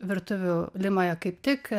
virtuvių limoje kaip tik